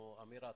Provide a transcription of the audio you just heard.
אמירה,